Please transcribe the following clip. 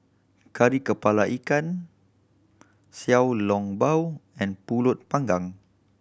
Kari Kepala Ikan Xiao Long Bao and Pulut Panggang